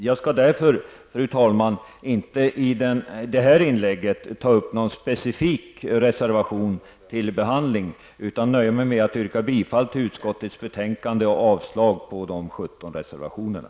Jag skall därför i detta inlägg inte ta upp någon specifik reservation till behandling utan nöja mig med att yrka bifall till utskottet hemställan i betänkandet och avslag på de 17 reservationerna.